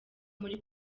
muri